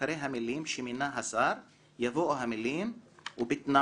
אחרי המילים "שמינה השר" יבואו המילים "ובתנאי